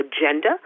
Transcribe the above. agenda